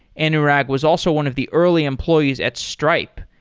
anurag was also one of the early employees at stripe.